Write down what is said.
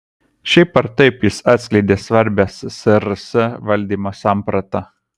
šiaip ar taip jis atskleidė svarbią ssrs valdymo sampratą